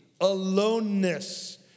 aloneness